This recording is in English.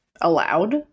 allowed